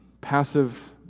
passive